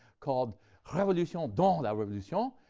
called revolution dans la revolution,